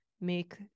make